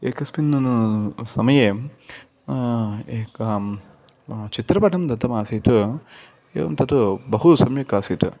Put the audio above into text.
एकस्मिन् समये एक चित्रपटं दत्तमासीत् एवं तत् बहु सम्यक् आसीत्